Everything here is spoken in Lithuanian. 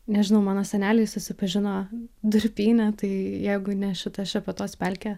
nežinau mano seneliai susipažino durpyne tai jeigu ne šita šepetos pelkė